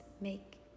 make